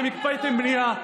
אתם הקפאתם בנייה,